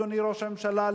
אדוני ראש הממשלה,